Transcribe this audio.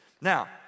Now